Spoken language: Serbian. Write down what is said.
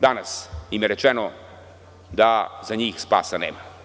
Danas im je rečeno da za njih spasa nema.